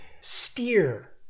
steer